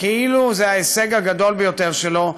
כאילו זה ההישג הגדול ביותר שלו.